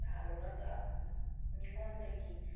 ꯇꯥꯜꯂꯨꯔꯒ ꯃꯤꯉꯣꯟꯗꯒꯤ